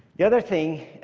the other thing